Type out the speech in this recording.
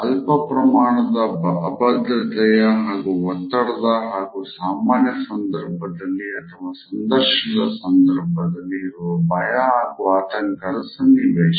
ಅಲ್ಪಪ್ರಮಾಣದ ಅಭದ್ರತೆಯ ಹಾಗೂ ಒತ್ತಡದ ಹಾಗೂ ಸಾಮಾನ್ಯ ಸಂದರ್ಭದಲ್ಲಿ ಅಥವಾ ಸಂದರ್ಶನದ ಸಂದರ್ಭದಲ್ಲಿ ಇರುವ ಭಯ ಹಾಗೂ ಆತಂಕದ ಸನ್ನಿವೇಶ